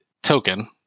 token